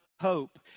hope